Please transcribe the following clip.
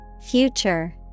Future